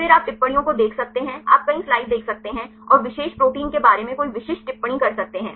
फिर आप टिप्पणियों को देख सकते हैं आप कई स्लाइड देख सकते हैं और विशेष प्रोटीन के बारे में कोई विशिष्ट टिप्पणी कर सकते हैं